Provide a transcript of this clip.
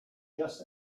just